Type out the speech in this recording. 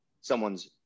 someone's